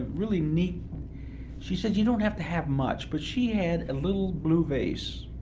really neat she said, you don't have to have much. but she had a little blue vase,